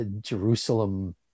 Jerusalem